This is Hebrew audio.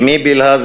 אמי בלהה,